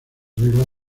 reglas